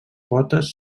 potes